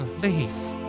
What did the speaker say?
leave